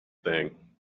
thing